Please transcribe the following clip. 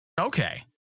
okay